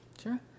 sure